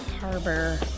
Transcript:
harbor